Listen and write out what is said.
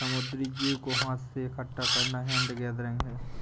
समुद्री जीव को हाथ से इकठ्ठा करना हैंड गैदरिंग है